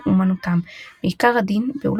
בקצרין,